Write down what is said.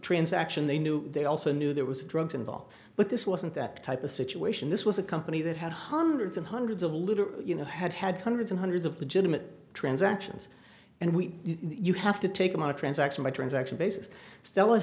transaction they knew they also knew there was drugs involved but this wasn't that type of situation this was a company that had hundreds and hundreds of little you know had had hundreds and hundreds of legitimate transactions and we you have to take them on a transaction by transaction basis stell